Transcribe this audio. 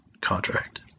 contract